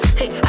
hey